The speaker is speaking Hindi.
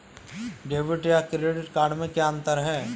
डेबिट या क्रेडिट कार्ड में क्या अन्तर है?